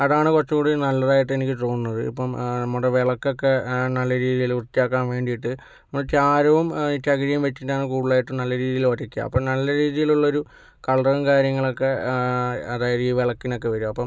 അതാണ് കുറച്ചും കൂടി നല്ലതായിട്ട് എനിക്ക് തോന്നുന്നത് ഇപ്പോൾ നമ്മുടെ വിളക്കൊക്കെ നല്ല രീതിയിൽ വൃത്തിയാക്കാൻ വേണ്ടിയിട്ട് നമ്മൾ ചാരവും ഈ ചകിരിയും വച്ചിട്ടാണ് കൂടുതലായിട്ട് നല്ല രീതിയിൽ ഉരയ്ക്കുക അപ്പോൾ നല്ല രീതിയിലുള്ളൊരു കളറും കാര്യങ്ങളൊക്കെ അതായിരിക്കും ഈ വിളക്കിനൊക്കെ വരിക അപ്പോൾ